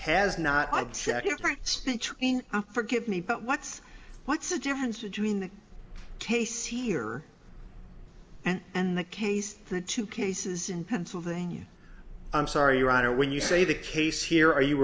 in forgive me but what's what's the difference between the case here and and the case the two cases in pennsylvania i'm sorry your honor when you say the case here are you